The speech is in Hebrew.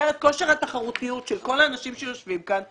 את כושר התחרותיות של כל האנשים שיושבים כאן,